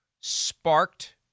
sparked